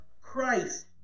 Christ